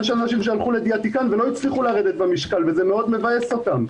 יש אנשים שהלכו לדיאטיקן ולא הצליחו לרדת במשקל וזה מאוד מבאס אותם.